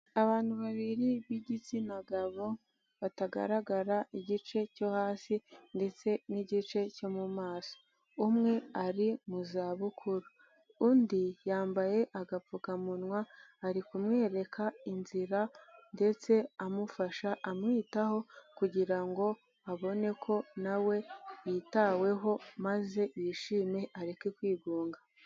Abantu babiri b'igitsina gabo batagaragara igice cyo hasi ndetse n'igice cyo mu maso, umwe ari mu za bukuru undi yambaye agapfukamunwa ari kumwereka inzira ndetse amufasha amwitaho kugira ngo abone ko nawe yitaweho maze yishime areke kwigunga.